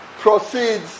proceeds